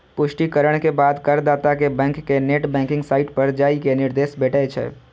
पुष्टिकरण के बाद करदाता कें बैंक के नेट बैंकिंग साइट पर जाइ के निर्देश भेटै छै